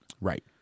Right